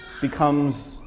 becomes